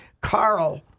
Carl